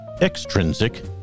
extrinsic